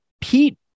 Pete